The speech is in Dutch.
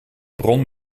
bron